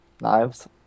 Knives